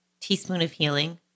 teaspoonofhealing